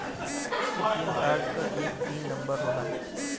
ATM card क एक pin number होला